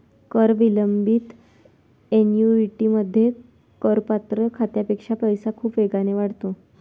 कर विलंबित ऍन्युइटीमध्ये, करपात्र खात्यापेक्षा पैसा खूप वेगाने वाढतो